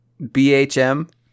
BHM